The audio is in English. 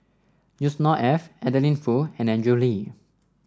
Yusnor Ef Adeline Foo and Andrew Lee